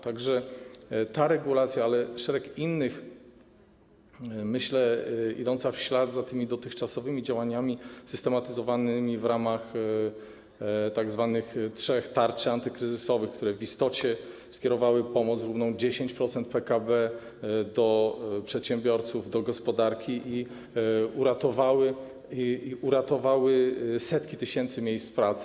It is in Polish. Tak że ta regulacja, ale też szereg innych, myślę, idzie w ślad za tymi dotychczasowymi działaniami systematyzowanymi w ramach tzw. trzech tarcz antykryzysowych, które w istocie skierowały pomoc równą 10% PKB do przedsiębiorców, do gospodarki i uratowały setki tysięcy miejsc pracy.